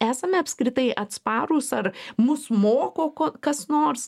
esame apskritai atsparūs ar mus moko ko kas nors